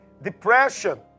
Depression